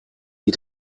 wie